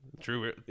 True